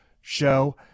show